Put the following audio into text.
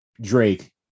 drake